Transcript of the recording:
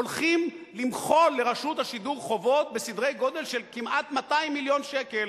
הולכים למחול לרשות השידור על חובות בסדרי גודל של כמעט 200 מיליון שקל,